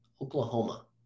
Oklahoma